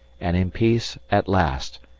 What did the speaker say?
and in peace at last,